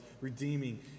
redeeming